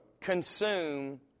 consume